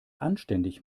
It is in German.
anständig